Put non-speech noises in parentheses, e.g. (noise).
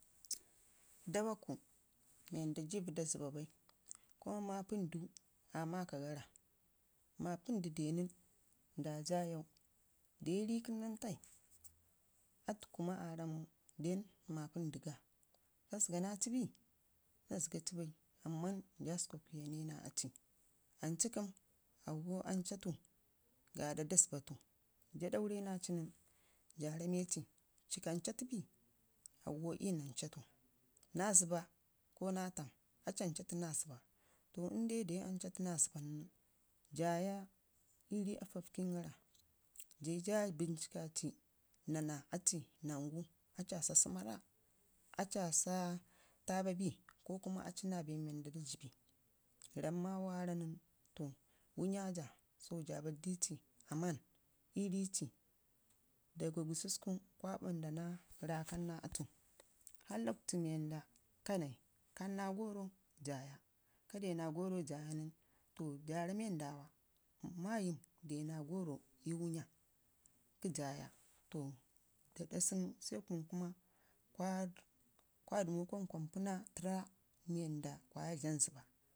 Daaɓaku mii wanda ji vəda zəbba bai ko maapəndu aa maakagara, maapəndu dew nən nda sayau dw ii riikəm tən nən tai, atu kuma aa rammau denmaapən diga, kazəgana aci bi naa zəgaci bai amman jaa bukuya ne naa aci ancu kəi auwo ancatu gaaɗa da zəbbatu jaa daune naa aci nən jaa ram maci cii kancaatu bi auwo iyu nan catu naa zəbbako naa tam aci anaatu naa zəbba ko naa tam to inde ancatu naa zəbba nən jaaya ii rii atafkəngara jaa nangu aci aa saa səmma rraa aci aa saa taababi ko kuma aci naa bee mii wanda (unintelligible) ramma waara nən to wənnya jaa to jaa barrdici amman ii riici daga guruka kwa ɓanda naa rakan naa atu harr lockuitu wanda kanai kanna gori jaya ka de naa goro jaya nən ti jaa ramme ndaawa mayəm dew naa goro ii qənnya kə jaya to daɗa sana sai kun kuma kwaa dəmuna kwanpi naa tərra zəbba